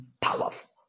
powerful